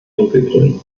dunkelgrün